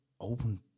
open